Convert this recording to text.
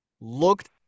looked